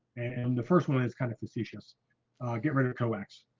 and the first one is kind of facetious get rid of coax